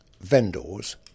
vendors